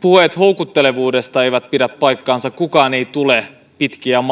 puheet houkuttelevuudesta eivät pidä paikkaansa kukaan ei tule pitkiä